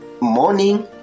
morning